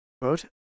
Quote